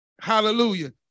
Hallelujah